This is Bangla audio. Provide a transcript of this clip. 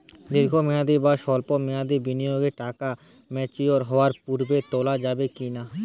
দীর্ঘ মেয়াদি বা সল্প মেয়াদি বিনিয়োগের টাকা ম্যাচিওর হওয়ার পূর্বে তোলা যাবে কি না?